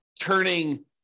turning